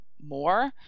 more